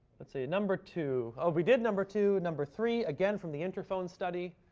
let's see, number two. oh, we did number two. number three, again from the interphone study.